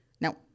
no